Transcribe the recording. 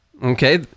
okay